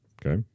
okay